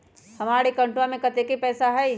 हमार अकाउंटवा में कतेइक पैसा हई?